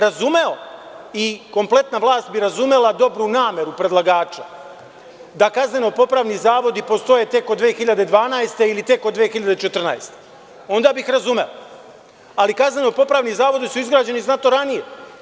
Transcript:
Razumeo bih i kompletna vlast bi razumela dobru nameru predlagača da kazneno-popravni zavodi postoje tek od 2012. ili tek od 2014. godine, onda bih razumeo, ali kazneno-popravni zavodi su izgrađeni znatno ranije.